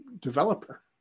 developer